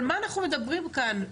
על מה אנחנו מדברים כאן,